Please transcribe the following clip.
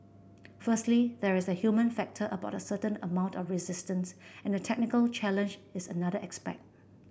firstly there is a human factor about a certain amount of resistance and the technical challenge is another aspect